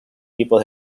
tipos